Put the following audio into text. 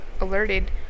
alerted